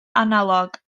analog